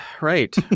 right